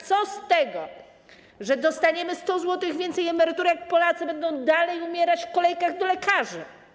Co z tego, że dostaniemy 100 zł więcej emerytury, jak Polacy będą dalej umierać w kolejkach do lekarzy?